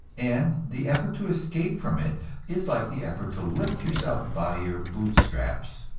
and the effort to escape from it is like the effort to lift yourself by your boot-straps.